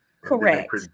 correct